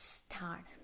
start